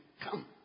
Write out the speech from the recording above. Come